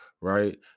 right